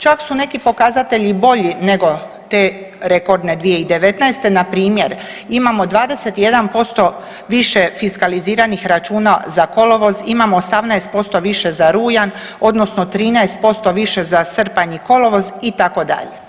Čak su neki pokazatelji i bolji nego te rekordne 2019. npr. imamo 21% više fiskaliziranih računa za kolovoz, imamo 18% više za rujan odnosno 13% više za srpanj i kolovoz itd.